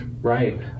Right